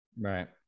Right